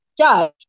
judge